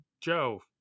Joe